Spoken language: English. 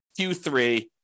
Q3